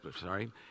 sorry